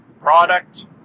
product